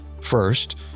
First